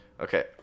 okay